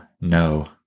no